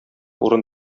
урын